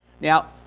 Now